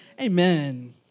Amen